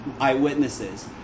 eyewitnesses